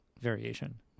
variation